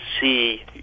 see